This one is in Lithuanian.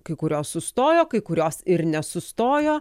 kai kurios sustojo kai kurios ir nesustojo